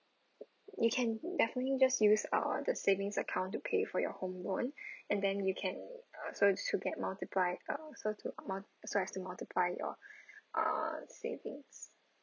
you can definitely just use uh the savings account to pay for your home loan and then you can uh so to get multiplied uh so to mul~ so as to multiply your uh savings